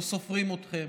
לא סופרים אתכם